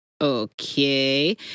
Okay